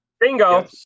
Bingo